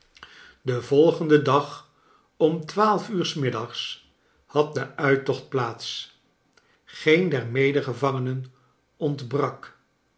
den volgenden dag om twaalf uur s middags had de uittocht plaats geen der mede gevangenen ontbrak